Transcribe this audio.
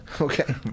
Okay